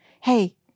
Hey